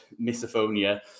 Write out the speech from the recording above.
misophonia